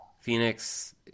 Phoenix –